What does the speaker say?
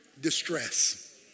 distress